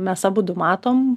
mes abudu matom